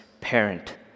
parent